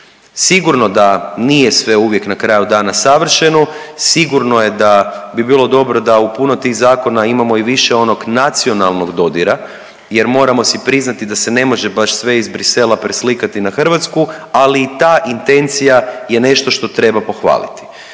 Sigurno da nije sve uvijek na kraju dana savršeno, sigurno je da bi bilo dobro da u puno tih zakona imamo i više onog nacionalnog dodira jer moramo si priznati da se ne može baš sve iz Brisela preslikati na Hrvatsku, ali i ta intencija je nešto što treba pohvaliti.